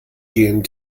gehen